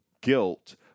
guilt